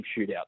shootout